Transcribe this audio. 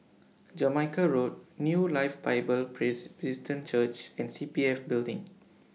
Jamaica Road New Life Bible Presbyterian Church and C P F Building